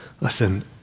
Listen